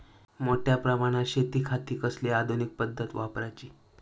मोठ्या प्रमानात शेतिखाती कसली आधूनिक पद्धत वापराची?